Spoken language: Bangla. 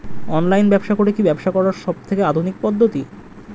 অনলাইন ব্যবসা করে কি ব্যবসা করার সবথেকে আধুনিক পদ্ধতি?